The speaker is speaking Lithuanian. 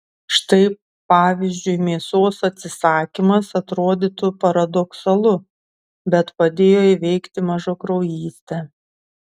štai pavyzdžiui mėsos atsisakymas atrodytų paradoksalu bet padėjo įveikti mažakraujystę